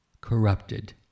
corrupted